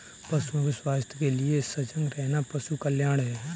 पशुओं के स्वास्थ्य के लिए सजग रहना पशु कल्याण है